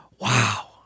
Wow